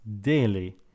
daily